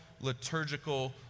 liturgical